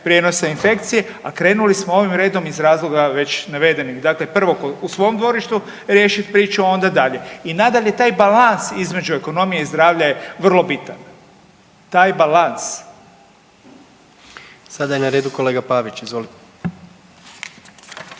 prijenosa infekcije, a krenuli smo ovim redom iz razloga već navedenim. Dakle, prvo u svom dvorištu riješit priču, a onda dalje. I nadalje taj balans između ekonomije i zdravlja je vrlo bitan. Taj balans. **Jandroković, Gordan